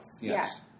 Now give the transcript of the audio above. yes